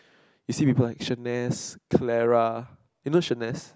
you see with connection nest Clara even should nest